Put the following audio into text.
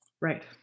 Right